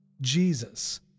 Jesus